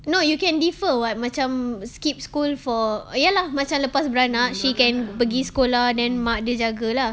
no you can differ [what] macam skip school for ya lah macam lepas beranak she can pergi sekolah then mak dia jaga lah